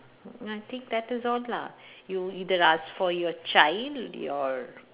no I think that is all lah you either ask for your child your